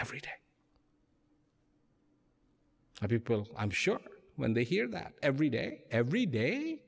everyday people i'm sure when they hear that every day every day